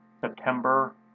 September